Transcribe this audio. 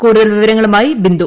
കൂടുതൽ വിവരങ്ങളുമായി ബിന്ദു